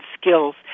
skills